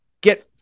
Get